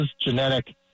genetic